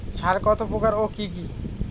সার কত প্রকার ও কি কি?